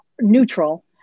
neutral